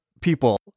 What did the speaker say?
people